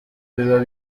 biba